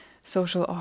social